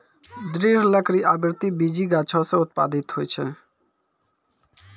दृढ़ लकड़ी आवृति बीजी गाछो सें उत्पादित होय छै?